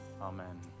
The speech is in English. amen